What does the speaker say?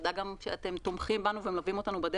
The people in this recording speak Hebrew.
תודה שאתם תומכים בנו ומלווים אותנו.